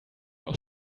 auch